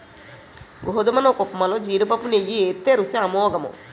గోధుమ నూకఉప్మాలో జీడిపప్పు నెయ్యి ఏత్తే రుసి అమోఘము